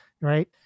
Right